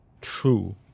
true